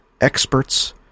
experts